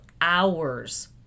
hours